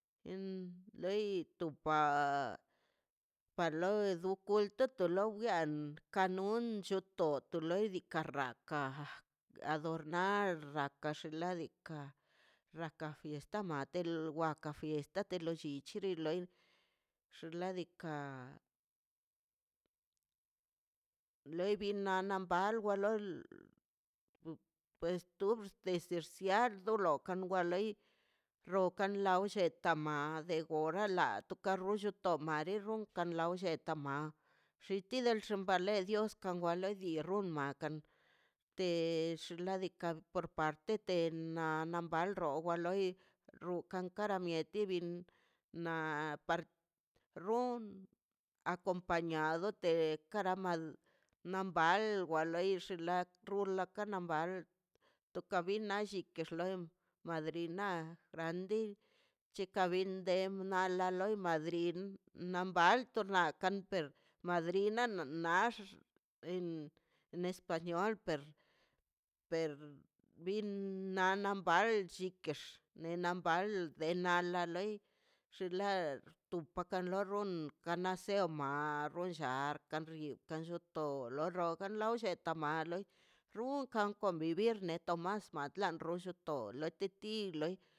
En loi tupa pa loi te kulto lobian kan nocho to wa to loi rikala laka adornar laka xinladika raka fiesta te lo llichiri loi xinladika lei bi nan ba loi pues tu xes presiado wakan do loi rokan lo blleta made gora la to ka ronllo tomare ron kan lo lleta ma xita lon da llale tan wale len da rumba nakan te xinladika to parte te na nombale ron loi rukan kara mieti di na par roon acompañado de kara man wal de loi xinla rulan kalambal toka bin llak kana loi madrina grandi cheka bin de na a la loi madrin na mbaltona karmper madrina nax en español per per bin na nam balch nena mbal de denala loi xin la tu bakan lo ron ganaseo mal ronllar ka rio kan lloto lo rogan lo llet tama loi runkan convivir ne tomás matlan rullon lote ti loi.